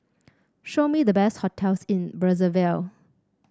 show me the best hotels in Brazzaville